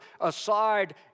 aside